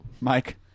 Mike